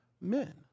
men